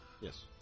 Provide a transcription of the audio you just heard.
Yes